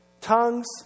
tongues